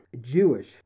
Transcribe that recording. Jewish